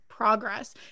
progress